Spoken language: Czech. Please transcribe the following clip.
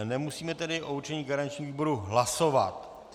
Nemusíme tedy o určení garančního výboru hlasovat.